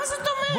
מה זאת אומרת?